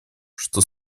что